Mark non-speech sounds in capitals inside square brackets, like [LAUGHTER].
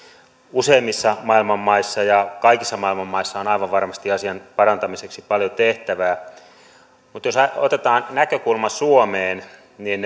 useimmissa maailman maissa ja kaikissa maailman maissa on aivan varmasti asian parantamiseksi paljon tehtävää mutta jos otetaan näkökulma suomeen niin [UNINTELLIGIBLE]